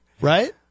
Right